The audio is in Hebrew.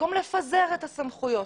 במקום לפזר את הסמכויות.